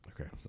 Okay